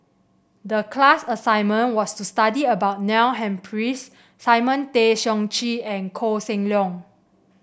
the class assignment was to study about Neil Humphreys Simon Tay Seong Chee and Koh Seng Leong